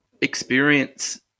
experience